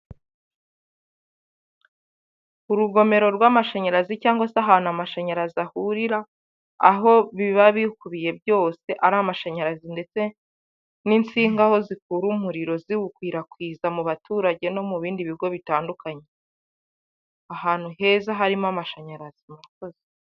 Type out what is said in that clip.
Urugomero rw'amashanyarazi cyangwa se ahantu amashanyarazi ahurira, aho biba bikubiye byose ari amashanyarazi ndetse n'insinga aho zikura umuriro ziwukwirakwizwa mu baturage no mu bindi bigo bitandukanye, ahantu heza harimo amashanyarazi murakoze.